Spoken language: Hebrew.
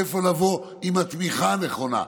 איפה לבוא עם התמיכה הנכונה,